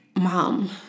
mom